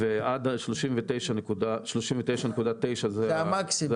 ועד 39.9 זה המקסימום.